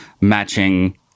matching